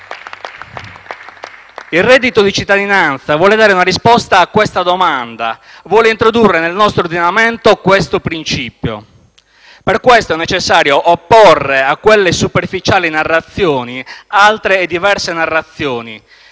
Il reddito di cittadinanza vuole dare una risposta a questa domanda, vuole introdurre nel nostro ordinamento siffatto principio. Per questo è necessario opporre a quelle superficiali narrazioni altre e diverse narrazioni,